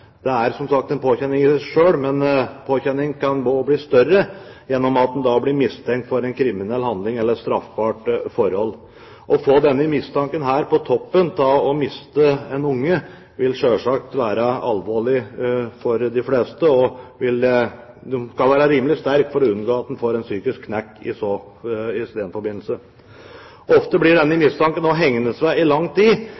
unge er som sagt en påkjenning i seg selv, men påkjenningen kan bli større gjennom at en blir mistenkt for en kriminell handling eller et straffbart forhold. Å få denne mistanken på toppen av å miste en unge, vil selvsagt være alvorlig for de fleste, og en skal være rimelig sterk for å unngå å få en psykisk knekk i den forbindelse. Ofte blir denne mistanken hengende ved i